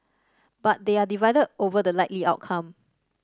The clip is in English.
but they are divided over the likely outcome